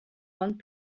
one